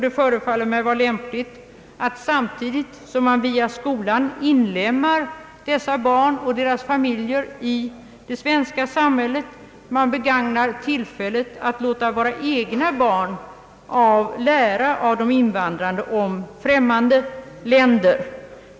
Det förefaller mig vara lämpligt ati samtidigt som man via skolan inlemmar dessa barn och deras familjer i det svenska samhället man också begagnar tillfället att låta våra egna barn lära av de invandrade barnen om främmande länder.